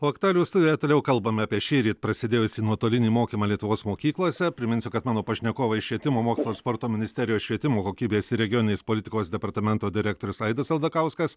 o aktualijų studijoje toliau kalbame apie šįryt prasidėjusį nuotolinį mokymą lietuvos mokyklose priminsiu kad mano pašnekovai švietimo mokslo ir sporto ministerijos švietimo kokybės ir regioninės politikos departamento direktorius aidas aldakauskas